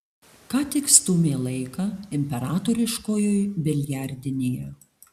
ką tik stūmė laiką imperatoriškojoj biliardinėje